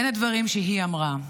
בין הדברים שהיא אמרה: